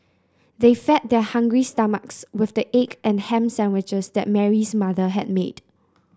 they fed their hungry stomachs with the egg and ham sandwiches that Mary's mother had made